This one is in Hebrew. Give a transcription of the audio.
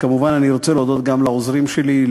וכמובן אני רוצה להודות גם לעוזרים שלי,